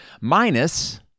minus